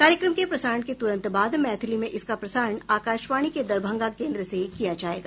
कार्यक्रम के प्रसारण के तुरंत बाद मैथिली में इसका प्रसारण आकाशवाणी के दरभंगा केन्द्र से किया जायेगा